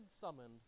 summoned